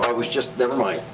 was just. never mind.